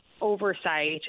oversight